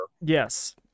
Yes